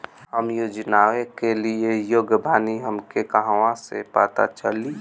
हम योजनाओ के लिए योग्य बानी ई हमके कहाँसे पता चली?